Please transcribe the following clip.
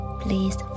please